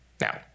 Now